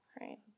right